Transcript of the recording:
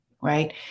right